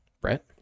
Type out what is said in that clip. Brett